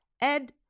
Ed